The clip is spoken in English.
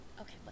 okay